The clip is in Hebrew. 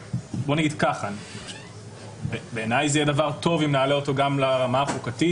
בוא נגיד שבעיניי זה יהיה דבר טוב אם נעלה אותו גם לרמה החוקתית,